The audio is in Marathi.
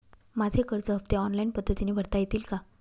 माझे कर्ज हफ्ते ऑनलाईन पद्धतीने भरता येतील का?